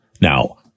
Now